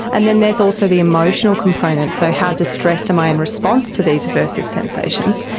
and then there is also the emotional components, so how distressed am i in response to these aversive sensations.